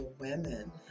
women